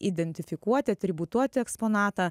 identifikuoti atributuoti eksponatą